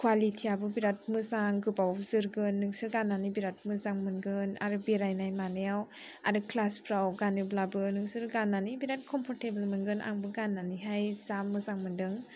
कुवालितिआबो बिराद मोजां गोबाव जोरगोन नोंसोर गाननानै बिराद मोजां मोनगोन आरो बेरायनाय मानायाव आरो क्लासफ्राव गानोब्लाबो नोंसोर गाननानै बिराद कमफरटेबोल मोनगोन आंबो गाननानैहाय जा मोजां मोन्दों